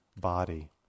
body